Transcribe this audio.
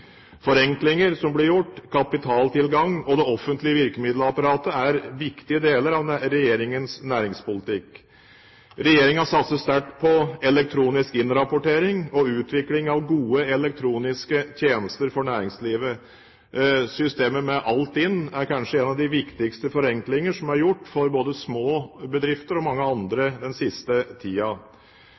Forenklinger som blir gjort, kapitaltilgang og det offentlige virkemiddelapparatet er viktige deler av regjeringens næringspolitikk. Regjeringen satser sterkt på elektronisk innrapportering og utvikling av gode elektroniske tjenester for næringslivet. Systemet med Altinn er kanskje en av de viktigste forenklinger som er gjort både for små bedrifter og mange andre den siste